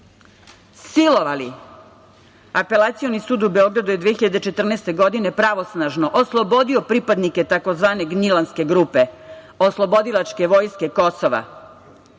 silovali. Apelacioni sud u Beogradu je 2014. godine pravosnažno oslobodio pripadnike tzv. „Gnjilanske grupe“ oslobodilačke vojske Kosova,